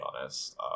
honest